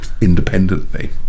independently